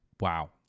wow